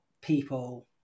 people